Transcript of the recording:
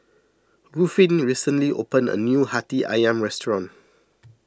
Ruffin recently opened a new Hati Ayam restaurant